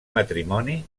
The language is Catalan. matrimoni